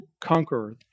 conqueror